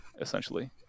essentially